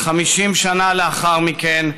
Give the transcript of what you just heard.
50 שנה לאחר מכן,